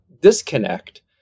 disconnect